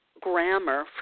grammar